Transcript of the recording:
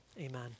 Amen